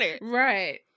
Right